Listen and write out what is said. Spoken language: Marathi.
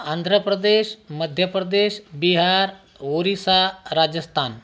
आंध्र प्रदेश मध्य प्रदेश बिहार ओरिसा राजस्थान